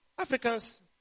Africans